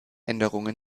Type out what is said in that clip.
änderungen